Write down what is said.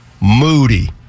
Moody